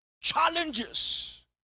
challenges